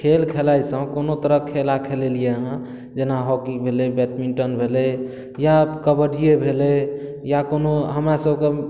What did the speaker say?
खेल खेलाय सॅं कोनो तरहक खेल अहाँ खेललिये हँ जेना हॉकी भेलै बैडमिंटन भेलै या कबड्डीए भेलै या कोनो हमरा सबके